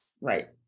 Right